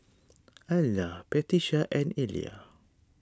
Ayla Patricia and Illya